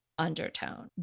undertone